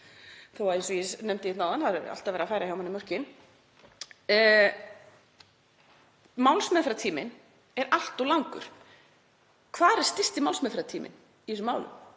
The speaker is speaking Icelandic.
þó að, eins og ég nefndi hérna áðan, það sé alltaf verið að færa hjá manni mörkin. Málsmeðferðartíminn er allt of langur. Hvar er stysti málsmeðferðartíminn í þessum málum?